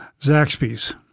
Zaxby's